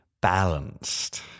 balanced